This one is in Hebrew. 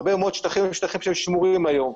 הרבה מאוד שטחים הם שטחים ששמורים היום,